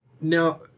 now